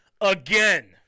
Again